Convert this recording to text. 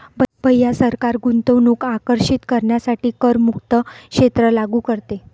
भैया सरकार गुंतवणूक आकर्षित करण्यासाठी करमुक्त क्षेत्र लागू करते